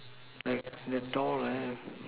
like like the door there